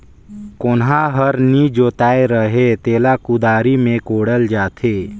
कोनहा हर नी जोताए रहें तेला कुदारी मे कोड़ल जाथे